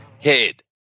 head